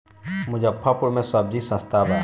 मुजफ्फरपुर में सबजी सस्ता बा